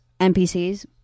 NPCs